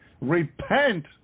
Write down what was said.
repent